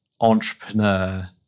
entrepreneur